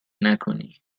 نکنی